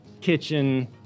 kitchen